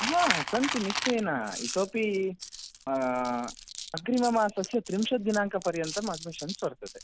हा सन्ति निश्चयेन इतोऽपि अग्रिममासस्य त्रिशंत् दिनाङ्कपर्यन्तम् अड्मिशन्स् वर्तते